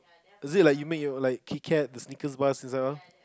is it like you make your like Kit Kat Snickers bars inside all